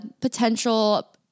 potential